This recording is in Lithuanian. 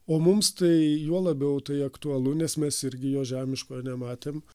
o mums tai juo labiau tai aktualu nes mes irgi jo žemiško nematėm